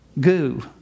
goo